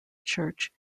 church